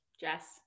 Jess